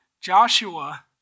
Joshua